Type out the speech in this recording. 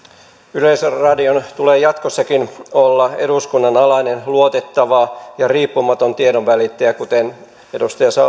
yleisradion tulee jatkossakin olla eduskunnan alainen luotettava ja riippumaton tiedonvälittäjä kuten edustaja